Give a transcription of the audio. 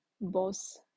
boss